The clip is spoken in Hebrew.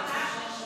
מחילה.